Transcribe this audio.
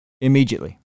Immediately